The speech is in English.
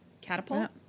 Catapult